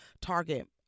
target